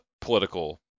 political